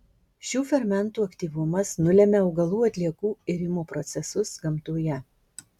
šių fermentų aktyvumas nulemia augalų atliekų irimo procesus gamtoje